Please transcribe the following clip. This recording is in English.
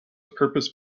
purpose